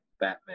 Batman